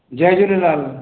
Jay Jhulelal